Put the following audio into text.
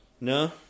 No